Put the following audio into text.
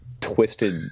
twisted